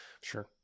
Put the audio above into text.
sure